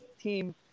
team